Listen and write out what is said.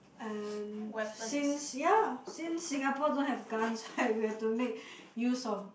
and since yeah since Singapore don't have guns right we have to make use of